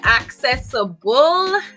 accessible